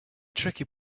tricky